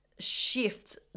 shift